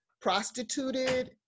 prostituted